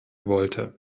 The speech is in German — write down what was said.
wollte